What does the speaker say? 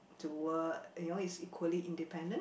to work you know is equally independent